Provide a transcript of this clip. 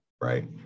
right